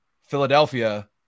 Philadelphia